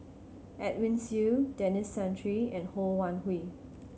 Edwin Siew Denis Santry and Ho Wan Hui